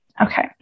Okay